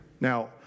Now